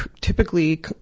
typically